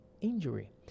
injury